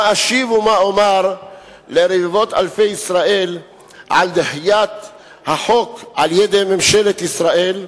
מה אשיב ומה אומר לרבבות אלפי ישראל על דחיית החוק על-ידי ממשלת ישראל?